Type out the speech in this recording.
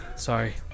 sorry